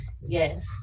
Yes